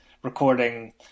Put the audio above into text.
recording